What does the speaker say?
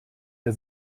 der